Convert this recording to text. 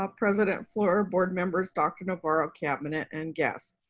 um president fluor, board members, dr. navarro, cabinet, and guests,